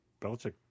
Belichick